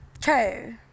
True